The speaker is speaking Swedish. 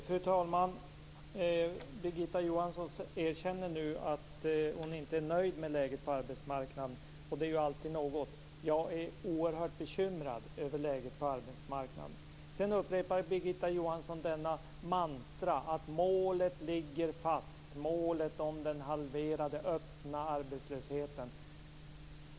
Fru talman! Birgitta Johansson erkänner nu att hon inte är nöjd med läget på arbetsmarknaden. Det är ju alltid något. Jag är oerhört bekymrad över läget på arbetsmarknaden. Birgitta Johansson upprepade denna mantra, att målet om den halverade öppna arbetslösheten ligger fast.